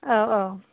औ औ